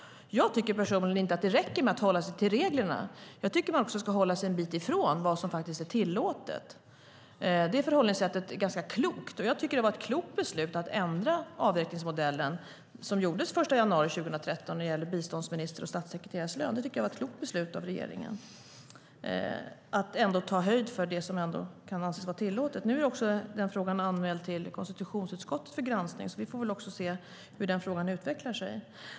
Jag tycker personligen inte att det räcker att hålla sig till reglerna. Man ska också hålla sig en bit ifrån vad som är tillåtet. Det förhållningssättet är ganska klokt, och jag tycker att det var ett klokt beslut att ändra avräkningsmodellen den 1 januari 2013 när det gäller biståndsministerns och statssekreterarens löner. Det var ett klokt beslut av regeringen att ta höjd för det som kan anses vara tillåtet. Nu är den frågan även anmäld till konstitutionsutskottet för granskning, och vi får se hur den frågan utvecklar sig.